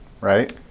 right